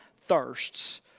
thirsts